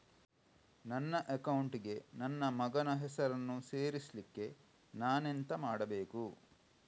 ನನ್ನ ಅಕೌಂಟ್ ಗೆ ನನ್ನ ಮಗನ ಹೆಸರನ್ನು ಸೇರಿಸ್ಲಿಕ್ಕೆ ನಾನೆಂತ ಮಾಡಬೇಕು?